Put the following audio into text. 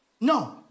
no